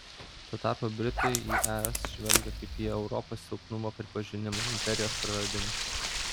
tuo tarpu britai į es žvelgia kaip į europos silpnumo pripažinimą imperijos praradimą